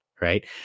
right